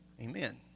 Amen